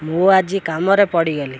ମୁଁ ଆଜି କାମରେ ପଡ଼ିଗଲି